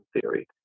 theory